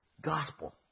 gospel